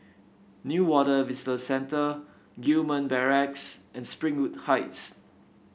Newater Visitor Centre Gillman Barracks and Springwood Heights